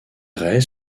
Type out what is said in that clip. raies